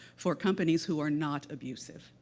for companies who are not abusive.